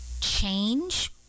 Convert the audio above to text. change